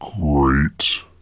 Great